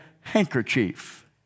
handkerchief